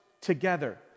together